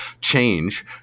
change